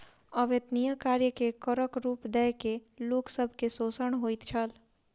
अवेत्निया कार्य के करक रूप दय के लोक सब के शोषण होइत छल